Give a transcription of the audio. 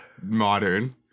Modern